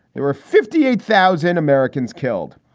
there were fifty eight thousand americans killed.